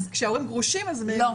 אז כשההורים גרושים אז הם מביאים --- לא.